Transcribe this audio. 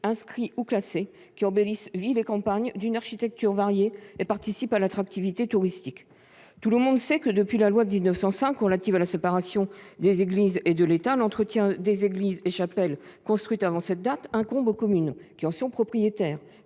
inscrits ou classés, qui embellissent villes et campagnes d'une architecture variée et participent à l'attractivité touristique. Tout le monde sait que, depuis la loi de 1905 relative à la séparation des Églises et de l'État, l'entretien des églises et chapelles construites avant cette date ainsi que celui des oeuvres